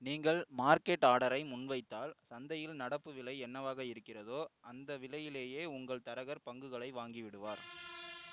நீங்கள் மார்க்கெட் ஆர்டரை முன்வைத்தால் சந்தையில் நடப்பு விலை என்னவாக இருக்கிறதோ அந்த விலையிலேயே உங்கள் தரகர் பங்குகளை வாங்கி விடுவார்